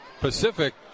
Pacific